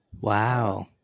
wow